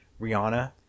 Rihanna